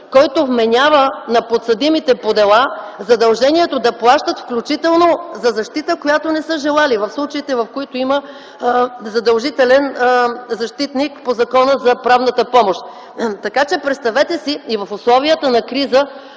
който вменява на подсъдимите по дела задължението да плащат, включително за защита, която не са желали, в случаите, в които има задължителен защитник по Закона за правната помощ. Така че представете си и в условията на криза